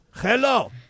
Hello